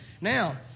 now